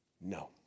No